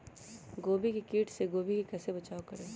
गोभी के किट से गोभी का कैसे बचाव करें?